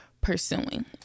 pursuing